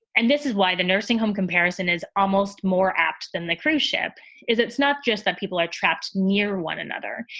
and this is why the nursing home comparison is almost more apt than the cruise ship is. it's not just that people are trapped near one another,